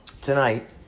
Tonight